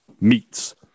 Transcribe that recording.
Meats